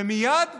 ומייד הושתק.